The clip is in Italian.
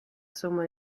somma